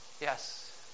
Yes